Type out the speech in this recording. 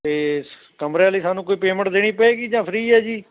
ਅਤੇ ਕਮਰਿਆਂ ਲਈ ਸਾਨੂੰ ਕੋਈ ਪੇਮੈਂਟ ਦੇਣੀ ਪਏਗੀ ਜਾਂ ਫਰੀ ਹੈ ਜੀ